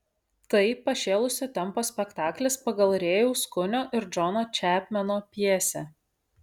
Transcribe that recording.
tai pašėlusio tempo spektaklis pagal rėjaus kunio ir džono čepmeno pjesę